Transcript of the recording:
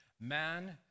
man